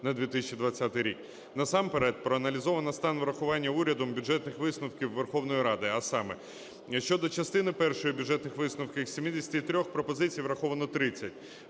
на 2020 рік. Насамперед проаналізовано стан врахування урядом бюджетних висновків Верховної Ради, а саме: щодо частини першої бюджетних висновків із 73 пропозицій враховано 30,